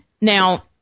Now